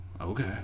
okay